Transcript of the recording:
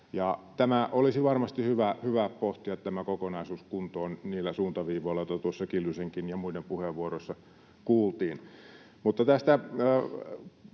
Tämä kokonaisuus olisi varmasti hyvä pohtia kuntoon niillä suuntaviivoilla, joita tuossa Kiljusenkin ja muiden puheenvuoroissa kuultiin.